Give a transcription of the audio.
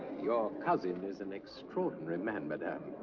your cousin is an extraordinary man, madame.